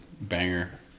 banger